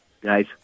guys